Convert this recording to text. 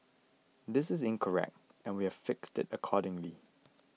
this is incorrect and we've fixed it accordingly